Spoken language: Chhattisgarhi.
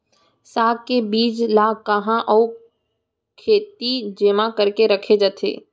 साग के बीज ला कहाँ अऊ केती जेमा करके रखे जाथे?